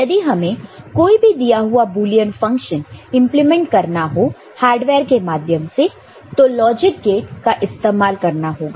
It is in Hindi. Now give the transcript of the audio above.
यदि हमें कोई भी दिया हुआ बुलियन फंक्शन इंप्लीमेंट करना हो हार्डवेयर के माध्यम से तो लॉजिक गेट का इस्तेमाल करना होगा